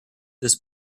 this